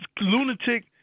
lunatic